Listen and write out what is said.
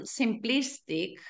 simplistic